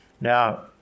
Now